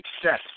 success